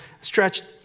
stretched